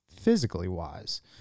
physically-wise